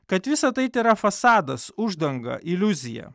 kad visa tai tėra fasadas uždanga iliuzija